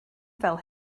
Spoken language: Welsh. fel